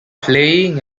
playing